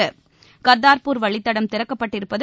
Airnet Kartarpur வழித்தடம் திறக்கப்பட்டிருப்பது